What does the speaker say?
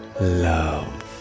love